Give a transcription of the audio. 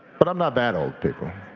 but i'm not that old, people.